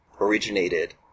originated